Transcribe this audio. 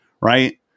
right